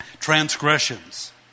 Transgressions